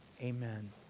Amen